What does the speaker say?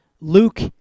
Luke